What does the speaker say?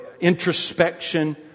introspection